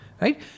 right